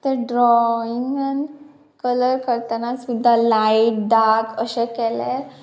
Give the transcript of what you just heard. तर ड्रॉइंगान कलर करतना सुद्दां लायट डार्क अशें केलें